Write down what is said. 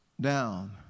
down